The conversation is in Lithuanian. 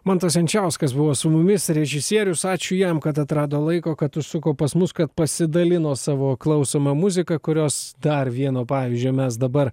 mantas jančiauskas buvo su mumis režisierius ačiū jam kad atrado laiko kad užsuko pas mus kad pasidalino savo klausoma muzika kurios dar vieno pavyzdžio mes dabar